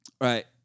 Right